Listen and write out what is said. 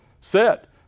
set